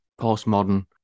postmodern